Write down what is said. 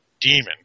demon